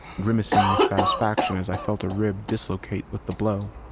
grimacing with satisfaction as i felt a rib dislocate with the blow.